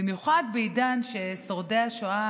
במיוחד בעידן שבו שורדי השואה,